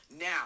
Now